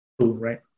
Right